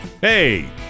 Hey